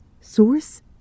Source